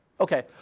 Okay